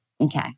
Okay